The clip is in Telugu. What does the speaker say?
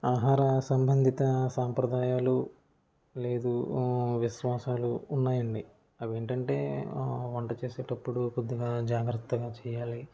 ఆహార సంబంధిత సాంప్రదాయాలు లేదు విశ్వాసాలు ఉన్నాయండి అవి ఏంటంటే వంట చేసేటప్పుడు పొద్దున జాగ్రత్తగా చేయాలి